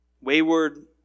Wayward